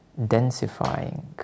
densifying